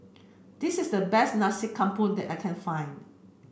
this is the best Nasi Campur that I can find